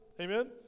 Amen